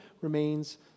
remains